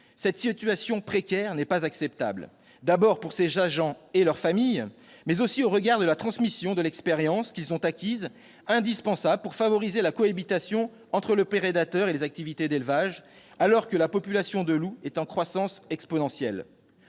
Cette situation précaire n'est pas acceptable, tout d'abord pour ces agents et leurs familles, mais aussi au regard de la transmission de l'expérience qu'ils ont acquise, indispensable pour favoriser la cohabitation entre le prédateur et les activités d'élevage, alors que la population de loups est en croissance exponentielle.